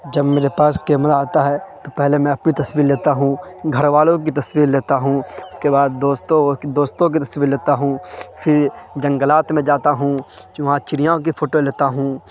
جب میرے پاس کیمرہ آتا ہے تو پہلے میں اپنی تصویر لیتا ہوں گھر والوں کی تصویر لیتا ہوں اس کے بعد دوستوں دوستوں کی تصویر لیتا ہوں پھر جنگلات میں جاتا ہوں وہاں چریاؤں کی فوٹو لیتا ہوں